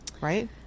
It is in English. right